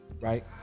right